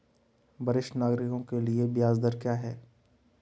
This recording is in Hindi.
वरिष्ठ नागरिकों के लिए ब्याज दर क्या हैं?